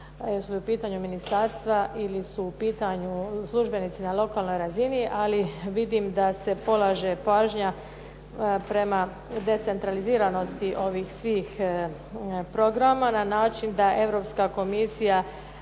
jesu li u pitanju ministarstva ili su u pitanju službenici na lokalnoj razini. Ali vidim da se polaže pažnja prema decentraliziranosti ovih svih programa na način da Europska komisija